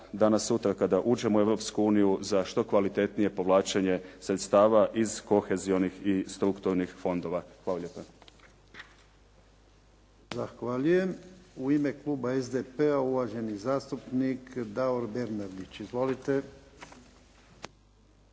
danas, sutra kada uđemo u Europsku uniju za što kvalitetnije povlačenje sredstava iz kohezionih i strukturnih fondova. Hvala lijepa. **Jarnjak, Ivan (HDZ)** Zahvaljujem. U ime Kluba SDP-a uvaženi zastupnik Davor Bernardić. Izvolite.